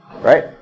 right